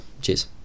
cheers